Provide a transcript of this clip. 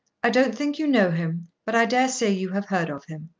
i don't think you know him, but i daresay you have heard of him.